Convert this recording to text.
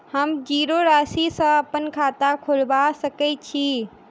हम जीरो राशि सँ अप्पन खाता खोलबा सकै छी?